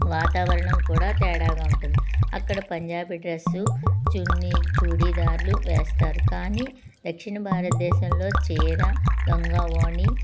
వాతావరణం కూడా తేడాగా ఉంటుంది అక్కడ పంజాబీ డ్రస్సు చున్నీ చూడీదార్లు వేస్తారు కానీ దక్షిణ భారతదేశంలో చీర లంగా ఓణి